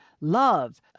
love